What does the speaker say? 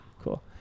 cool